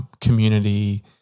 Community